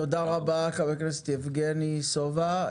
תודה רבה, חבר הכנסת יבגני סובה.